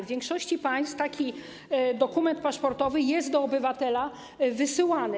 W większości państw taki dokument paszportowy jest do obywatela wysyłany.